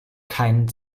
kein